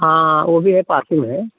हाँ वो भी है पास ही में है